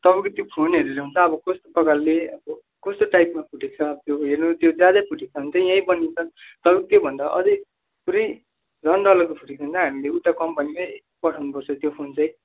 तपाईँको त्यो फोन हेरेर हुन्छ अब कस्तो प्रकारले अब कस्तो टाइपमा फुटेको छ अब हेर्नु त्यो ज्यादै फुटेको छ भने चाहिँ यहीँ बनिन्छ तर त्योभन्दा अलिक पुरै झन् डरलाग्दो फुटेको छ भने चाहिँ हामीले उता कम्पनीमै पठाउनु पर्छ त्यो फोन चाहिँ